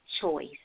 choice